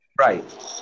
Right